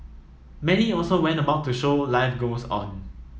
many also went about to show life goes on